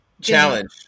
challenge